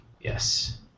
Yes